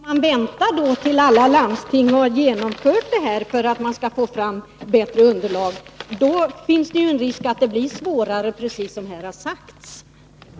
Herr talman! Om man för att få ett bättre underlag väntar till dess alla landsting har infört systemet finns det en risk för att det, precis som Blenda Littmarck här har sagt, blir svårare att göra förändringar.